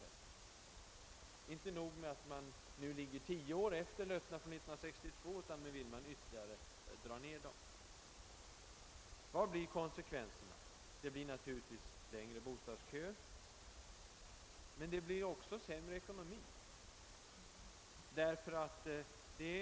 Det är inte nog med att vi nu ligger tio år efter med tanke på löftena 1962, utan man vill ytterligare sänka takten. Vilka blir konsekvenserna? Naturligtvis får vi längre bostadsköer, men det blir också sämre ekonomi.